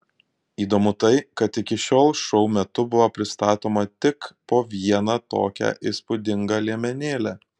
įdomu tai kad iki šiol šou metu buvo pristatoma tik po vieną tokią įspūdingą liemenėlę